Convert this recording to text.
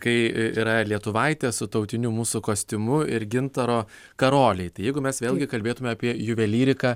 kai yra lietuvaitės su tautiniu mūsų kostiumu ir gintaro karoliai tai jeigu mes vėlgi kalbėtumėme apie juvelyriką